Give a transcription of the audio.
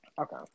Okay